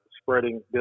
spreading